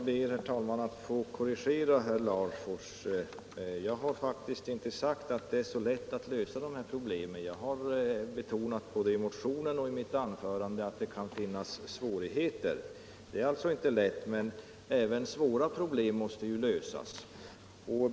Herr talman! Jag ber att få korrigera herr Larfors. Jag har faktiskt inte sagt att det är så lätt att lösa de här problemen. Jag har betonat både i motionen och i mitt anförande att det kan finnas svårigheter. Det är alltså inte lätt, men även svåra problem måste lösas.